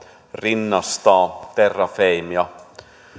rinnastaa terrafame ja